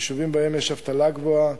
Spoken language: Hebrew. יישובים שבהם יש אבטלה גבוהה,